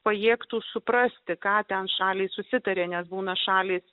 pajėgtų suprasti ką ten šalys susitarė nebūna šalys